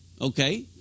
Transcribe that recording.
okay